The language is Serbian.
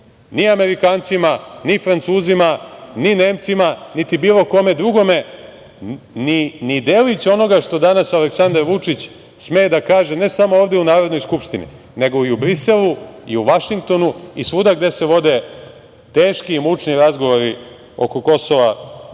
ni Amerikancima, ni Francuzima, ni Nemcima, niti bilo kom drugom ni delić onoga što danas Aleksandar Vučić sme da kaže ne samo ovde u Narodnoj skupštini, nego i u Briselu i u Vašingtonu i svuda gde se vode teški i mučni razgovori oko Kosova